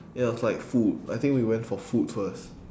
ya it was like food I think we went for food first